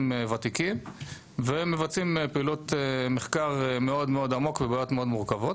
ותיקים ומבצעים פעילות מחקר מאוד-מאוד עמוקה ובעיות מאוד מורכבות.